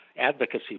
Advocacy